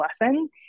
lesson